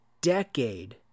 decade